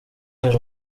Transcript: hari